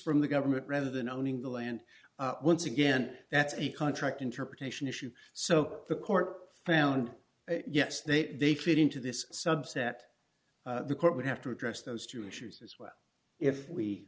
from the government rather than owning the land once again that's a contract interpretation issue so the court found yes they they fit into this subset the court would have to address those two issues as well if we